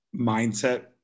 mindset